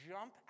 jump